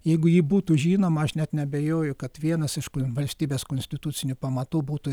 jeigu ji būtų žinoma aš net neabejoju kad vienas iš valstybės konstitucinių pamatų būtų